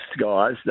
guys